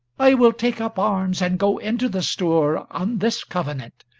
i will take up arms, and go into the stour, on this covenant,